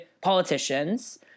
politicians